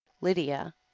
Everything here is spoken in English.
lydia